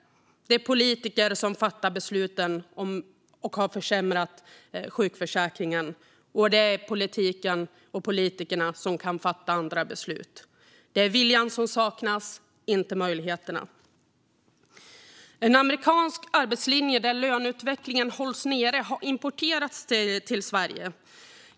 Det är politiker som fattar besluten och som har försämrat sjukförsäkringen. Det är politiken och politikerna som kan fatta andra beslut. Det är viljan som saknas, inte möjligheterna. En amerikansk arbetslinje där löneutvecklingen hålls nere har importerats till Sverige.